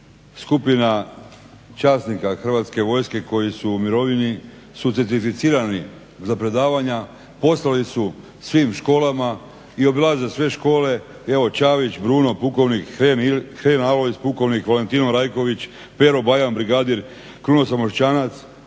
skupina časnika Hrvatske vojske koji su u mirovini su certificirani za predavanja, poslali su svim školama i obilaze sve škole i evo Čavić Bruno pukovnik, Hren Alojz pukovnik, Valentino Rajković, Pero Bajam brigadir, Kruno Samoščanac